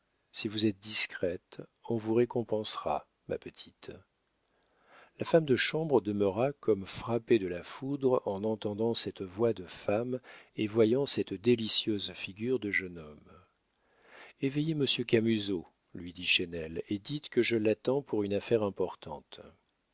si vous êtes discrète on vous récompensera ma petite la femme de chambre demeura comme frappée de la foudre en entendant cette voix de femme et voyant cette délicieuse figure de jeune homme éveillez monsieur camusot lui dit chesnel et dites que je l'attends pour une affaire importante